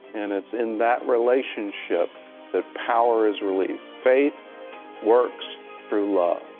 and it's in that relationship that power is released. faith works through love.